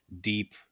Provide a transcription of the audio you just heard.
deep